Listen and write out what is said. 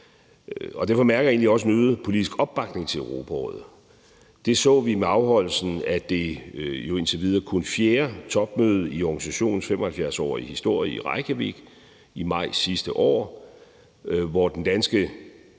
Derfor mærker jeg egentlig også en øget politisk opbakning til Europarådet. Det så vi med afholdelsen af det indtil videre kun fjerde topmøde i organisationens 75-årige historie i Reykjavik i maj sidste år, hvor den danske